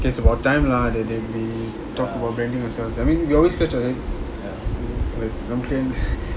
okay it's about time lah that they they talk about branding ourselves I mean we always scratch our head